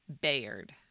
Bayard